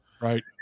Right